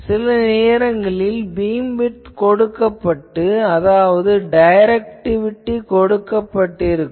சில நேரங்களில் பீம்விட்த் கொடுக்கப்பட்டு அதாவது டைரக்டிவிட்டி கொடுக்கப்பட்டிருக்கும்